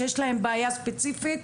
שיש להם בעיה ספציפית.